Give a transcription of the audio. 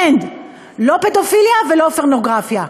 אין לא פדופיליה ולא פורנוגרפיה,